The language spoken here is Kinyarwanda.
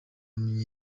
album